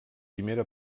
primera